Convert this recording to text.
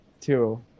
Two